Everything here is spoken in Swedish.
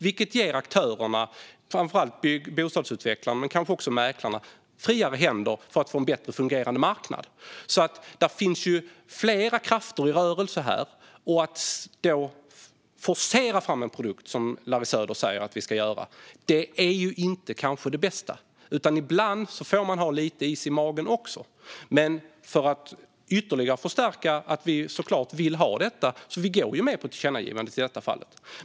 Det ger aktörerna, framför allt bostadsutvecklarna men kanske också mäklarna, friare händer när det gäller att få en bättre fungerande marknad. Det finns flera krafter i rörelse här, och att forcera fram en produkt, som Larry Söder säger att vi ska göra, är kanske inte det bästa. Ibland får man ha lite is i magen också. För att ytterligare förstärka att vi såklart vill ha detta går vi med på tillkännagivandet i detta fall.